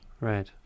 Right